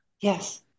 Yes